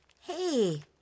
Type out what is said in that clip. Hey